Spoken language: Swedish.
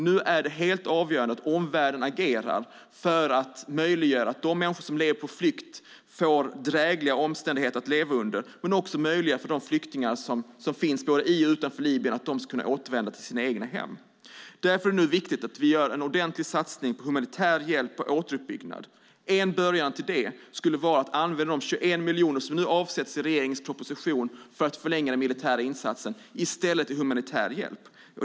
Nu är det helt avgörande att omvärlden agerar för att möjliggöra för de människor som lever på flykt att få drägliga omständigheter att leva under men också möjliggöra för de flyktingar som finns i och utanför Libyen att återvända till sina egna hem. Därför är det nu viktigt att vi gör en ordentlig satsning på humanitär hjälp och återuppbyggnad. En början till det skulle vara att använda de 21 miljoner som nu avsätts i regeringens proposition för att förlänga den militära insatsen i stället till humanitär hjälp.